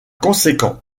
conséquent